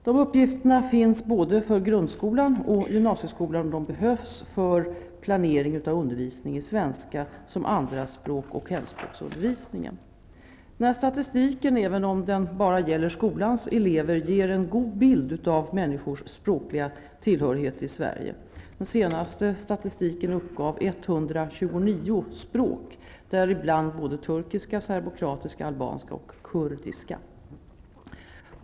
Dessa uppgifter finns både för grundskolan och för gymnasieskolan och de behövs för planeringen av undervisningen i svenska som andraspråk och hemspråksundervisningen. Denna statistik -- även om den bara gäller skolans elever -- ger en god bild av människors språkliga tillhörighet i Sverige. I den senaste statistiken togs det upp 129 språk, däribland både turkiska, serbokroatiska, albanska och kurdiska.